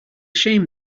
shame